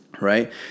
Right